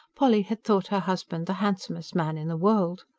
polly had thought her husband the handsomest man in the world.